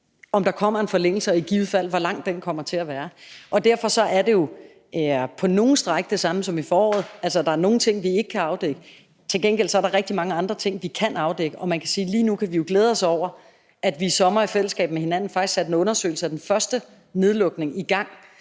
om der kommer en forlængelse, og i givet fald hvor lang den kommer til at være. Og derfor er det på nogle stræk det samme som i foråret, altså at der er nogle ting, vi ikke kan afdække. Til gengæld er der rigtig mange andre ting, vi kan afdække, og man kan sige, at lige nu kan vi jo glæde os over, at vi i sommer i fællesskab faktisk satte en undersøgelse af den første nedlukning i gang,